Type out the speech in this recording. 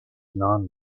non